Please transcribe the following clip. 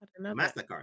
MasterCard